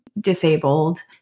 disabled